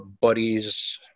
buddies